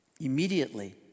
Immediately